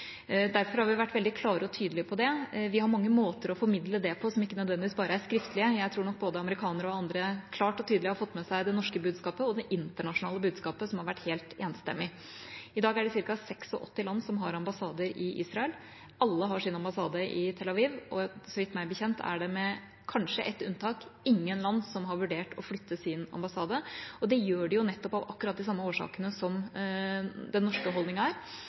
Derfor har vi vært veldig klare og tydelige på det. Vi har mange måter å formidle det på som ikke nødvendigvis bare er skriftlige – jeg tror nok både amerikanere og andre klart og tydelig har fått med seg det norske budskapet og det internasjonale budskapet, som har vært helt enstemmig. I dag er det ca. 86 land som har ambassade i Israel. Alle har sin ambassade i Tel Aviv, og så vidt jeg vet, er det – kanskje med ett unntak – ingen land som har vurdert å flytte sin ambassade. Det er jo av akkurat de samme årsakene som årsakene til den norske holdningen, nemlig at dette er